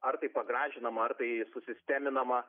ar tai pagražinama ar tai susisteminama